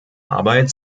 arbeit